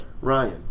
Ryan